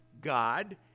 God